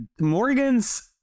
Morgan's